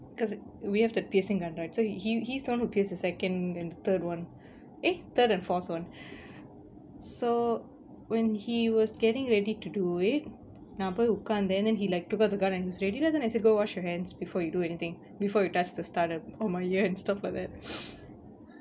because we have that piercing gun right so he he's the one who pierced the second and third one eh third and fourth one so when he was getting ready to do it நா போய் உக்காந்தேன்:naa poi ukkaanthaen then then he like took out the gun and was ready lah then I said go wash your hands before you do anything before you touch the stud on my ear and stuff like that